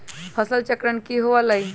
फसल चक्रण की हुआ लाई?